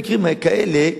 במקרים כאלה,